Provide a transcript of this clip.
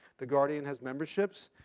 the guardian has memberships.